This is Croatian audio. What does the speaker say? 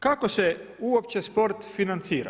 Kako se uopće sport financira?